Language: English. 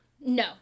No